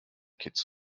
kitts